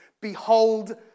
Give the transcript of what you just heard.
Behold